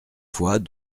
fois